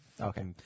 Okay